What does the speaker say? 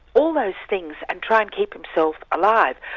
all those things, and try and keep himself alive.